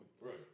Right